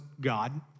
God